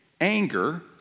Anger